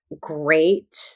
great